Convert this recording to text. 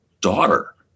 daughter